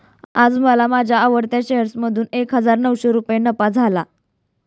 आज मला माझ्या आवडत्या शेअर मधून एक हजार नऊशे रुपये नफा झाला